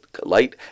light